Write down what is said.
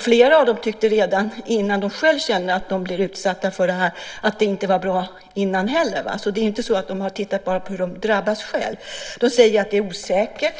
Flera av dem tyckte inte heller att det var bra som det var tidigare. Det är inte så att de bara har tittat på hur de själva drabbas. De säger att det är osäkert.